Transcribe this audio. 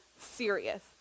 serious